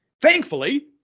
Thankfully